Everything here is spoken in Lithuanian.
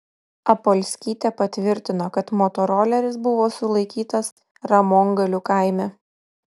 apolskytė patvirtino kad motoroleris buvo sulaikytas ramongalių kaime